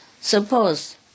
Suppose